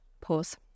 Pause